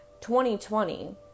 2020